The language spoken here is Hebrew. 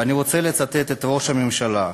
ואני רוצה לצטט את ראש הממשלה,